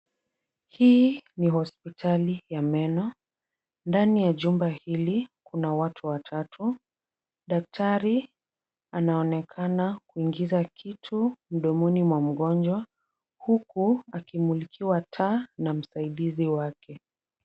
Hii ni hospitali ya meno, Ndani ya jumba hili kuna watu watatu. Daktari anaonekana kuingiza kitu mdomoni mwa mgonjwa, huku akimulikiwa taa na msaidizi wake.